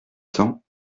cents